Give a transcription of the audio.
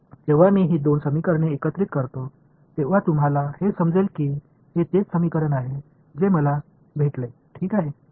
जेव्हा मी ही दोन समीकरणे एकत्रित करतो तेव्हा तुम्हाला हे समजेल की हे तेच समीकरण आहे जे मला भेटले ठीक आहे